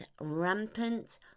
Rampant